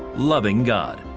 loving god.